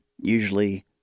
usually